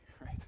right